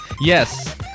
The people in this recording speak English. Yes